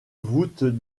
voûtes